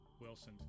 wilson